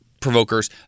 provokers